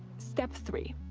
step three,